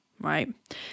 right